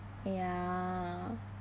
ya